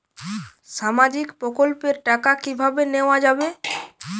সামাজিক প্রকল্পের টাকা কিভাবে নেওয়া যাবে?